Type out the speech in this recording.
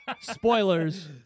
spoilers